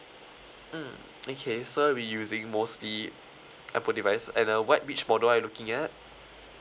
mm okay so you using mostly apple device and uh what which model are you looking at